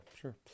sure